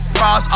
Frost